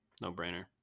No-brainer